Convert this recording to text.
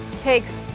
takes